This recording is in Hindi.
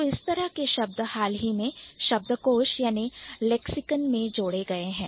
तो इस तरह के शब्द हाल ही में शब्दकोश में जोड़े गए हैं